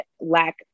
lack